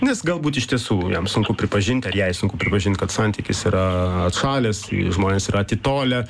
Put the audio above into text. nes galbūt iš tiesų jam sunku pripažint ar jai sunku pripažint kad santykis yra atšalęs žmonės yra atitolę